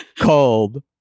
called